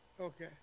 okay